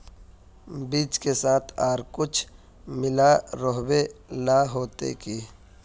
बीज के साथ आर कुछ मिला रोहबे ला होते की?